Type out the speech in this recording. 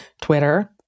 Twitter